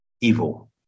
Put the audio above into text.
evil